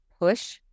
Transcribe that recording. push